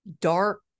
dark